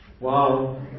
Wow